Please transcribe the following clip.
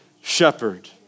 shepherd